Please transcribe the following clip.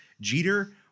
jeter